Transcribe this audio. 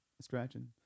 scratching